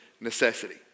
necessity